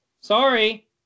Sorry